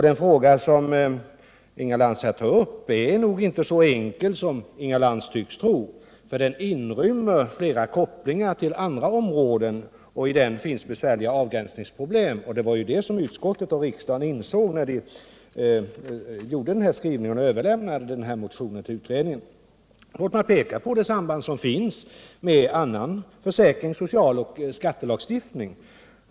Den fråga som Inga Lantz här tar upp är nog inte så enkel som Inga Lantz tycks tro, eftersom den inrymmer flera kopplingar till andra områden och det i den finns besvärliga avgränsningsproblem. Det var detta som utskottet och riksdagen insåg när skrivningen gjordes och motionen överlämnades till familjestödsutredningen. Låt mig peka på det samband som finns med annan försäkring och social och skattelagstiftning.